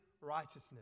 righteousness